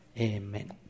Amen